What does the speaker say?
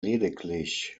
lediglich